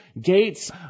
gates